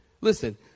Listen